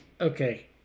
okay